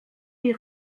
die